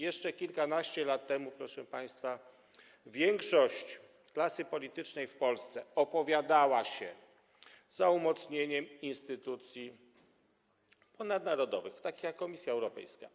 Jeszcze kilkanaście lat temu, proszę państwa, większość klasy politycznej w Polsce opowiadała się za umocnieniem instytucji ponadnarodowych, takich jak Komisja Europejska.